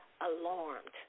alarmed